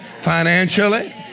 financially